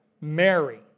Mary